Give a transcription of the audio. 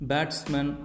Batsman